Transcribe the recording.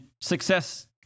success